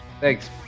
Thanks